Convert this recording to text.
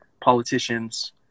politicians